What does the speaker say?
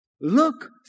look